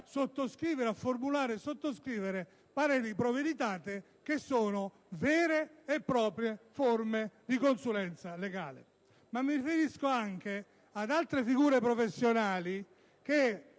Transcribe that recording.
spesso a formulare e sottoscrivere pareri *pro veritate* che sono vere e proprie forme di consulenza legale. Mi riferisco anche ad altre figure professionali che